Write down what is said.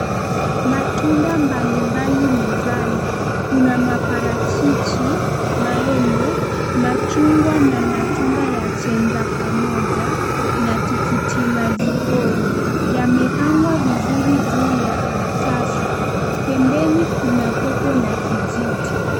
Matunda mbalimbali mezani, kuna maparachichi, maembe, machungwa na matunda ya chenzapamoja na tikitimajipori yamepangwa vizuri juu ya karatasi. Pembeni kuna kopo na kijiti.